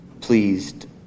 pleased